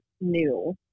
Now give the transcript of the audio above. new